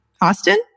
Austin